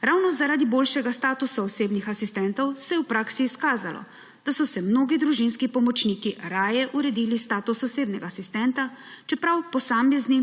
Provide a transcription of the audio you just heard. Ravno zaradi boljšega statusa osebnih asistentov se je v praksi izkazalo, da so si mnogi družinski pomočniki raje uredili status osebnega asistenta, čeprav posamezni